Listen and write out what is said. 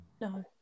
No